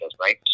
right